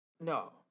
No